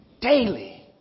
daily